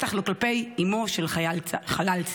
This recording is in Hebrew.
ובטח לא כלפי אימו של חלל צה"ל.